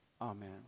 Amen